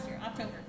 October